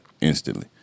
instantly